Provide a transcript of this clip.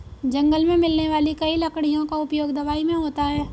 जंगल मे मिलने वाली कई लकड़ियों का उपयोग दवाई मे होता है